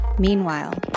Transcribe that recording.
Meanwhile